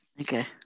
Okay